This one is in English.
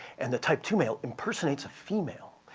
and the type two male impersonates a female,